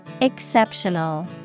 Exceptional